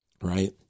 right